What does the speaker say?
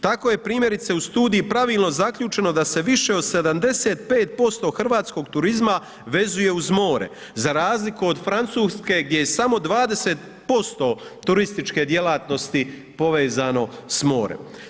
Tako je primjerice u studiji pravilno zaključeno da se više od 75% hrvatskog turizma vezuje uz more, za razliku od Francuske gdje je samo 20% turističke djelatnosti povezano s morem.